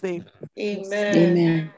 Amen